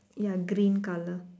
ya green colour